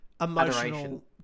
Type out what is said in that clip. emotional